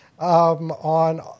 on